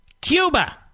Cuba